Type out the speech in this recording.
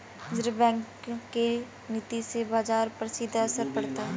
reserve bank के नीति से बाजार पर सीधा असर पड़ता है